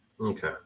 Okay